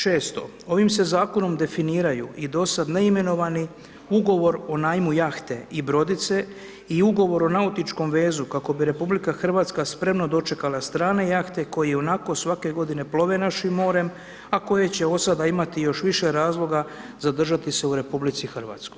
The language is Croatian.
Šesto, ovim se zakonom definiraju i do sad neimenovani ugovor o najmu jahte i brodice i ugovor o nautičkom vezu kako bi RH spremno dočekala strane jahte koje ionako svake godine plove našim morem, a koje će od sada imati još više razloga zadržati se u RH.